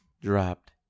dropped